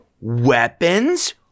weapons